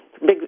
Big